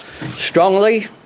Strongly